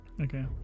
Okay